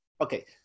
Okay